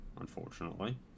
unfortunately